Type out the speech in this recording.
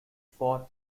for